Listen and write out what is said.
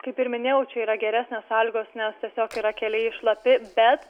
kaip ir minėjau čia yra geresnės sąlygos nes tiesiog yra keliai šlapi bet